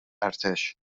ارتش